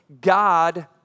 God